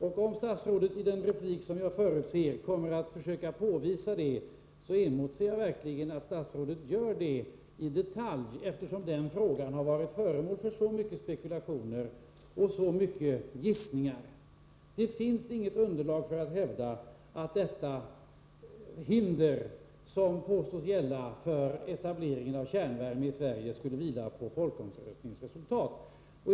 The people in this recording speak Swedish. Om statsrådet i den replik som jag förutser kommer att försöka påvisa det, emotser jag verkligen att statsrådet gör det i detalj, eftersom den frågan har varit föremål för så många spekulationer och så många gissningar. Det finns inget underlag för att hävda att det hinder som påstås gälla för etableringen av kärnvärme i Sverige skulle vila på folkomröstningsresultatet.